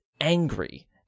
angry